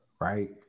right